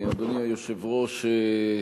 אדוני היושב-ראש,